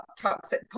toxic